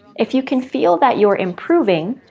if you can feel that you're improving,